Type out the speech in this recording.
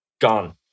gone